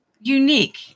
unique